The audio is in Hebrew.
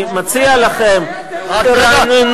אני מציע לכם: תרעננו,